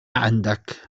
عندك